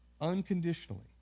unconditionally